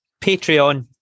Patreon